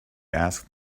asked